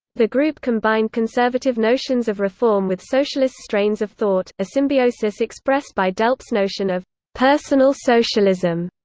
the group combined conservative notions of reform with socialist strains of thought a symbiosis expressed by delp's notion of personal socialism.